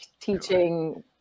teaching